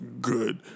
good